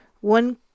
one